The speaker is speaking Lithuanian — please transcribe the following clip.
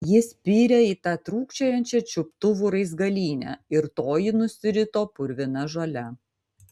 ji spyrė į tą trūkčiojančią čiuptuvų raizgalynę ir toji nusirito purvina žole